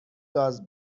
گاز